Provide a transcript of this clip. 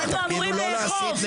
אנחנו אמורים לאכוף.